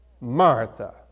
Martha